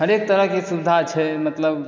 हरेक तरह के सुविधा छै मतलब